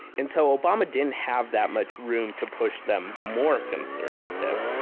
and so obama didn't have that much room to push them more conservative.